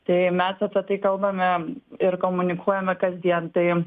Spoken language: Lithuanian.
tai mes apie tai kalbame ir komunikuojame kasdien tai